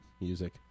Music